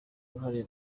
uruhare